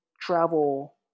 travel